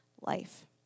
life